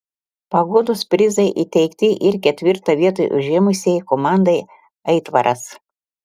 paguodos prizai įteikti ir ketvirtą vietą užėmusiai komandai aitvaras